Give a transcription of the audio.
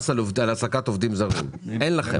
כבר אין.